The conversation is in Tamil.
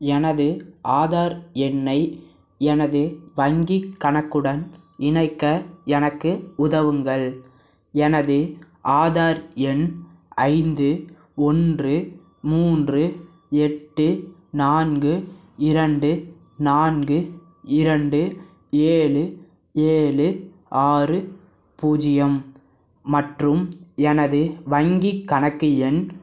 எனது ஆதார் எண்ணை எனது வங்கிக் கணக்குடன் இணைக்க எனக்கு உதவுங்கள் எனது ஆதார் எண் ஐந்து ஒன்று மூன்று எட்டு நான்கு இரண்டு நான்கு இரண்டு ஏழு ஏழு ஆறு பூஜ்ஜியம் மற்றும் எனது வங்கிக் கணக்கு எண்